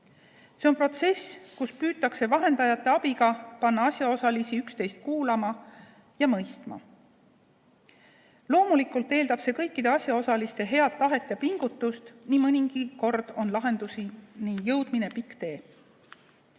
See on protsess, kus püütakse vahendajate abiga panna asjaosalisi üksteist kuulama ja mõistma. Loomulikult eeldab see kõikide asjaosaliste head tahet ja pingutust. Nii mõnigi kord on lahenduseni jõudmine pikk tee.